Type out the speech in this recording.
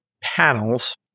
panels